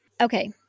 Okay